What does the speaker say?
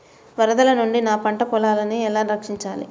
వరదల నుండి నా పంట పొలాలని ఎలా రక్షించాలి?